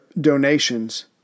donations